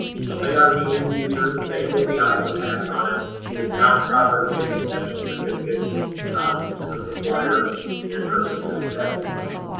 so they are the end user. they owe the iowa tax on it. it is not proper to give an exemption certificate um to the supplier and purchase this tax exempt.